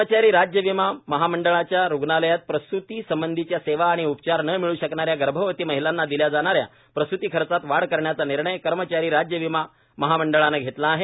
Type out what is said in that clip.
कर्मचारी राज्य विमा महामंडळाच्या रुग्णालयात प्रस्ती संबंधीच्या सेवा आणि उपचार न मिळू शकणाऱ्या गर्भवती महिलांना दिल्या जाणाऱ्या प्रस्ती खर्चात वाढ करण्याचा निर्णय कर्मचारी राज्य विमा महामंडळानं घेतला आहे